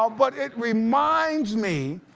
but it reminds me,